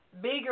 bigger